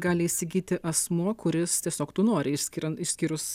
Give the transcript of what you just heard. gali įsigyti asmuo kuris tiesiog tų nori išskirian išskyrus